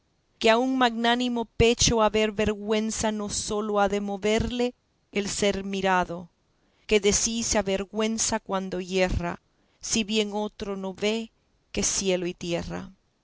que a un magnánimo pecho a haber vergüenza no sólo ha de moverle el ser mirado que de sí se avergüenza cuando yerra si bien otro no vee que cielo y tierra